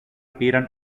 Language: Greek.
πήραν